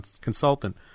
consultant